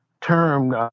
Term